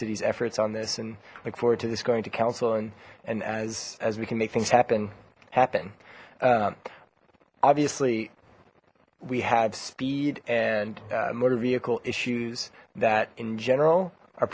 city's efforts on this and look forward to this going to council and and as as we can make things happen happen obviously we have speed and motor vehicle issues that in general are